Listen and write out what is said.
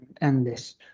endless